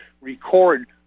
record